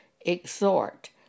exhort